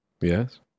Yes